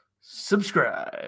Subscribe